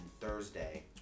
Thursday